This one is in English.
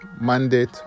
mandate